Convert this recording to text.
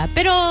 Pero